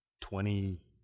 twenty